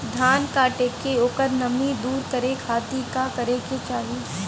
धान कांटेके ओकर नमी दूर करे खाती का करे के चाही?